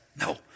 No